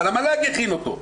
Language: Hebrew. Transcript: אבל המל"ג יכין אותו.